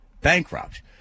bankrupt